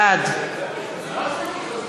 בעד דמוקרטיה,